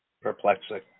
Perplexing